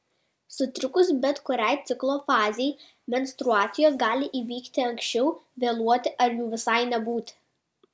sutrikus bet kuriai ciklo fazei menstruacijos gali įvykti anksčiau vėluoti ar jų visai nebūti